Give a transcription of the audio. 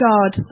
God